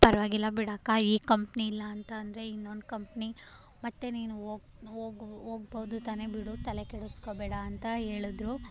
ಪರವಾಗಿಲ್ಲ ಬಿಡಕ್ಕ ಈ ಕಂಪ್ನಿ ಇಲ್ಲಾಂತಂದರೆ ಇನ್ನೊಂದು ಕಂಪ್ನಿ ಮತ್ತು ನೀನು ಹೋಗ್ ಹೋಗ್ ಹೋಗ್ಬೌದು ತಾನೇ ಬಿಡು ತಲೆ ಕೆಡಿಸ್ಕೊಬೇಡ ಅಂತ ಹೇಳಿದ್ರು